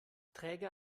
träger